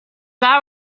that